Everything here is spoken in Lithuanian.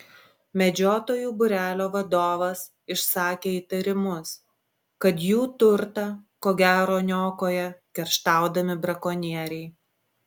medžiotojų būrelio vadovas išsakė įtarimus kad jų turtą ko gero niokoja kerštaudami brakonieriai